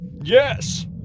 Yes